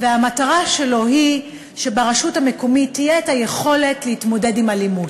והמטרה שלו היא שברשות המקומית תהיה היכולת להתמודד עם אלימות.